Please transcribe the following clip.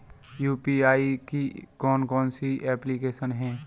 UPI की कौन कौन सी एप्लिकेशन हैं?